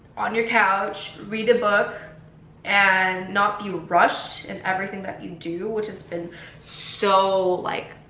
on your couch, read a book and. not be rushed in everything that you do which has been so like.